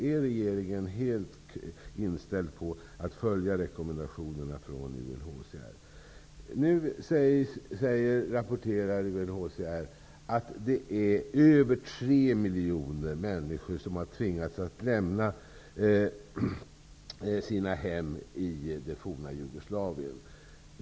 Är regeringen helt inställd på att följa rekommendationerna från UNHCR? Nu rapporterar UNHCR att över tre miljoner människor har tvingats lämna sina hem i det forna Jugoslavien.